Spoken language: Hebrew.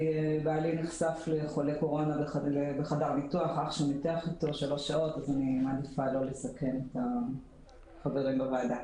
בעלי נחשף לחולה ואני מעדיפה לא לסכן את החברים בוועדה.